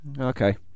okay